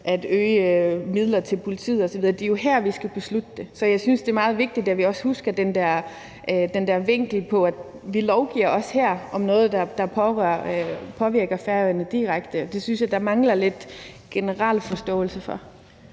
at øge midler til politiet osv. Det er jo her, vi skal beslutte det. Så jeg synes, det er meget vigtigt, at vi også husker den der vinkel med, at vi her lovgiver om noget, der påvirker Færøerne direkte. Det synes jeg at der mangler lidt generel forståelse for.